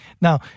Now